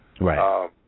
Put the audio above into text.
Right